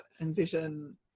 envision